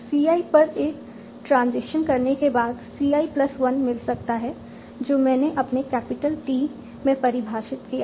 CI पर एक transition करने के बाद सी आई प्लस 1 मिल सकता है जो मैंने अपने कैपिटल टी में परिभाषित किया है